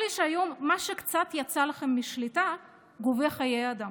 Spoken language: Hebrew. צר לי שהיום מה שקצת יצא לכם משליטה גובה חיי אדם,